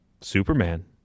Superman